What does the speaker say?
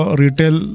retail